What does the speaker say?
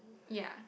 ya